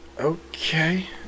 Okay